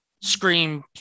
Scream